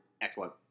Excellent